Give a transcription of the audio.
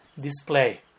display